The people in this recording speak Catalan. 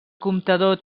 comptador